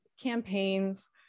campaigns